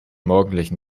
morgendlichen